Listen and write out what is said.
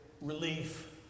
relief